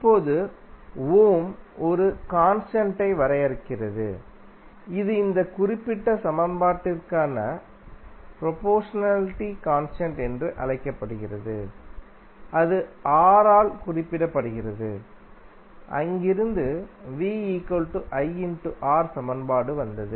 இப்போது ஓம் ஒரு கான்ஸ்டன்ட் யை வரையறுக்கிறது இது இந்த குறிப்பிட்ட சமன்பாட்டிற்கான ப்ரொபோஷனாலிட்டி கான்ஸ்டன்ட் என்று அழைக்கப்படுகிறது அது R ஆல் குறிப்பிடப்படுகிறது அங்கிருந்து சமன்பாடு வந்தது